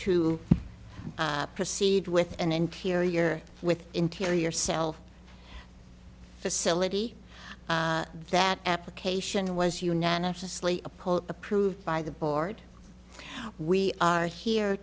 to proceed with an interior with interior self facility that application was unanimously opposed approved by the board we are here